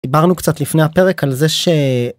דיברנו קצת לפני הפרק על זה ש.